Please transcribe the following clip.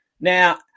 Now